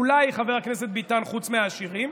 אולי, חבר הכנסת ביטן, חוץ מהעשירים.